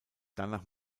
danach